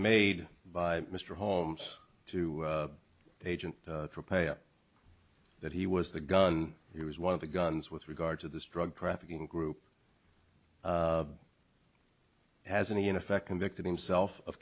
made by mr holmes to agent that he was the gun he was one of the guns with regard to this drug trafficking group has any in effect convicted himself of